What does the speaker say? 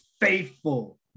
faithful